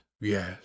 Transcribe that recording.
yes